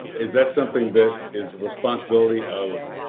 is that something that is the responsibility of